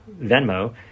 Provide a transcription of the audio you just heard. Venmo